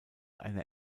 eine